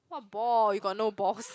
what ball you got no balls